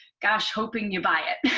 gosh, hoping you buy it.